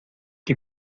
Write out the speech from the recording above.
que